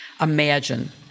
imagine